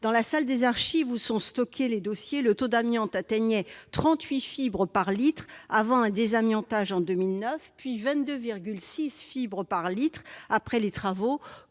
Dans la salle des archives où sont stockés les dossiers, le taux d'amiante atteignait 38 fibres par litre avant un désamiantage en 2009, puis 22,6 fibres par litre après les travaux,